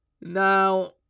Now